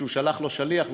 שהוא שלח לו שליח,